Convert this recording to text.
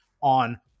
on